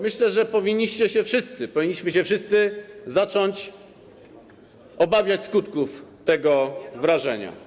Myślę, że powinniście się wszyscy, powinniśmy się wszyscy zacząć obawiać skutków tego wrażenia.